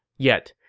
yet,